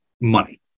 money